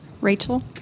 Rachel